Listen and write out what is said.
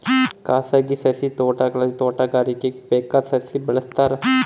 ಖಾಸಗಿ ಸಸಿ ತೋಟಗಳಲ್ಲಿ ತೋಟಗಾರಿಕೆಗೆ ಬೇಕಾದ ಸಸಿ ಬೆಳೆಸ್ತಾರ